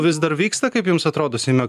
vis dar vyksta kaip jums atrodo seime